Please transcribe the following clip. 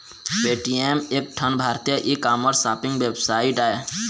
Paytm एक ठन भारतीय ई कामर्स सॉपिंग वेबसाइट आय